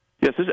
Yes